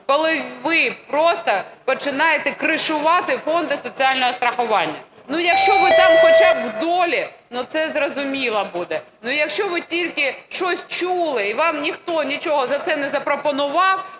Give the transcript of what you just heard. коли ви просто починаєте кришувати фонди соціального страхування. Ну якщо б ви там хоча б " в долі", це зрозуміло буде. Але якщо ви тільки щось чули і вам ніхто нічого за це не запропонував,